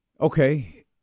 Okay